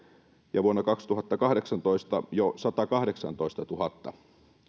ja vuonna kaksituhattakahdeksantoista jo satakahdeksantoistatuhatta